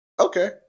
Okay